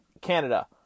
Canada